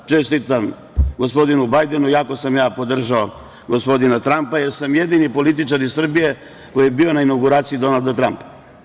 Čestitam gospodinu Bajdenu, iako sam ja podržao gospodina Trampa, jer sam jedini političar iz Srbije koji je bio na inauguraciji Donalda Trampa.